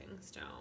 stone